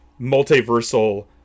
multiversal